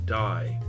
die